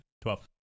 Twelve